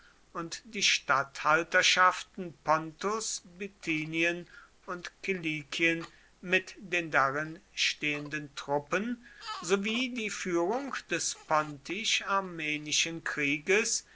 und die statthalterschaften pontus bithynien und kilikien mit den darin stehenden truppen sowie die führung des pontisch armenischen krieges